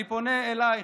אני פונה אלייך,